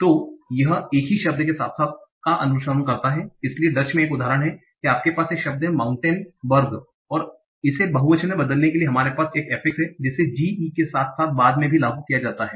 तो यह एक ही शब्द के साथ साथ का अनुसरण करता है इसलिए डच में एक उदाहरण हैं आपके पास एक शब्द है माउंटेन बर्ग और इसे बहुवचन में बदलने के लिए हमारे पास एक एफिक्स है जिसे g e के साथ साथ बाद में भी लागू किया गया है